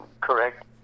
correct